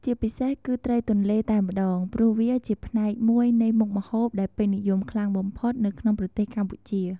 ជាពិសេសគឺត្រីទន្លេតែម្ដងព្រោះវាជាផ្នែកមួយនៃមុខម្ហូបដែលពេញនិយមខ្លាំងបំផុតនៅក្នុងប្រទេសកម្ពុជា។